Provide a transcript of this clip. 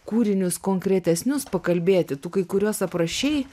kūrinius konkretesnius pakalbėti tu kai kuriuos aprašei